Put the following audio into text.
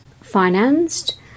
financed